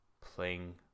playing